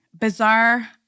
Bizarre